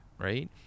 Right